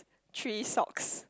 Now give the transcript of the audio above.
three socks